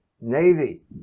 Navy